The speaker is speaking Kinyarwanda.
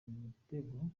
igitego